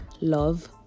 love